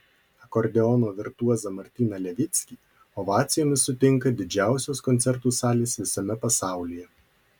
akordeono virtuozą martyną levickį ovacijomis sutinka didžiausios koncertų salės visame pasaulyje